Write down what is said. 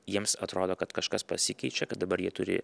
jiems atrodo kad kažkas pasikeičia kad dabar jie turi